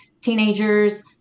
teenagers